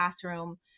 classroom